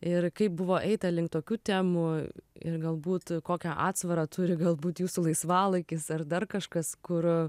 ir kaip buvo eita link tokių temų ir galbūt kokią atsvarą turi galbūt jūsų laisvalaikis ar dar kažkas kur